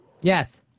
Yes